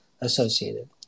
associated